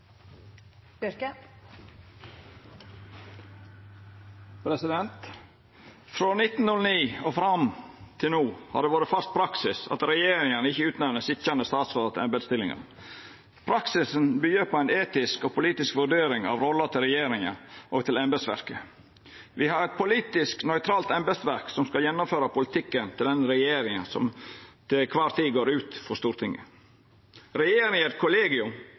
Frå 1909 og fram til no har det vore fast praksis at regjeringane ikkje utnemner sitjande statsrådar til embetsstillingar. Praksisen byggjer på ei etisk og politisk vurdering av rolla til regjeringa og til embetsverket. Me har eit politisk nøytralt embetsverk som skal gjennomføra politikken til den regjeringa som til kvar tid går ut frå Stortinget. Regjeringa er eit kollegium